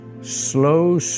slow